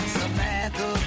Samantha